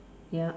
ya